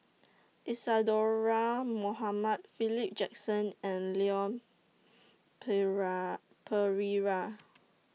Isadhora Mohamed Philip Jackson and Leon Perera